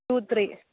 two three